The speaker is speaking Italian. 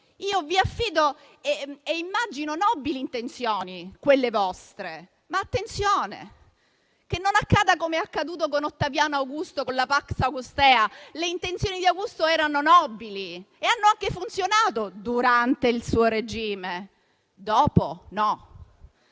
Immagino che le vostre intenzioni siano nobili, ma attenzione che non accada come è accaduto con Ottaviano Augusto con la *pax au-gustea*. Le intenzioni di Augusto erano nobili e hanno anche funzionato durante il suo regime, dopo non